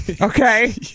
Okay